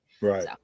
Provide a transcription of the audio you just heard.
right